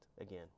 Again